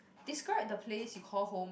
describe the place you call home